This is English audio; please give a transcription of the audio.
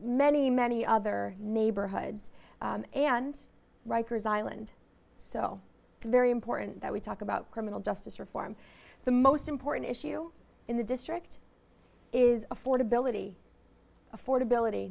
y many other neighborhoods and rikers island so it's very important that we talk about criminal justice reform the most important issue in the district is affordability affordability